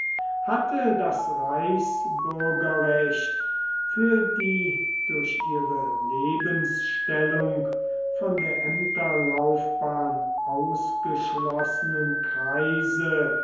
hatte das reichsbürgerrecht für die durch ihre lebensstellung von der ämterlaufbahn ausgeschlossenen kreise